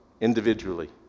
individually